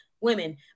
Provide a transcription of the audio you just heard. women